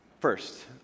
First